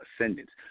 ascendants